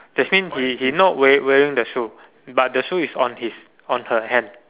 the same she she not wear wearing the shoes but the shoes is on his on her hand